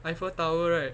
eiffel tower right